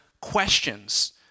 questions